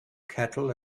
cattle